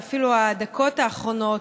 ואפילו הדקות האחרונות.